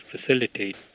facilitate